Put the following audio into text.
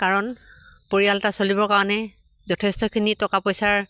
কাৰণ পৰিয়াল এটা চলিবৰ কাৰণে যথেষ্টখিনি টকা পইচাৰ